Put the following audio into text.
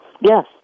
Yes